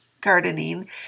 gardening